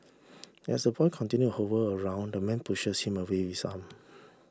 as the boy continue hover around the man pushes him away with his arm